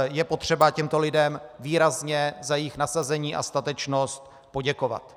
Je potřeba těmto lidem výrazně za jejich nasazení a statečnost poděkovat.